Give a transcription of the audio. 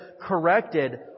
corrected